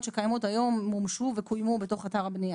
שקיימות היום מומשו וקוימו בתוך אתר הבנייה.